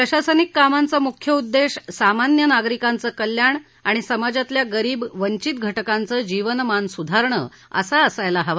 प्रशासनिक कामांचा मुख्य उद्देश सामान्य नागरिकांचं कल्याण आणि समाजातल्या गरीब वंचित घटकांचं जीवनमान सुधारण असा असायला हवा